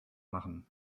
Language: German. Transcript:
machen